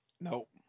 Nope